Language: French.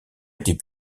était